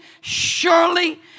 surely